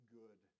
good